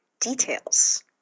details